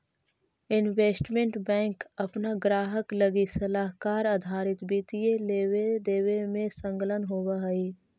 investment bank अपना ग्राहक लगी सलाहकार आधारित वित्तीय लेवे देवे में संलग्न होवऽ हई